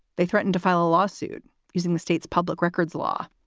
they threatened to file a lawsuit using the state's public records law.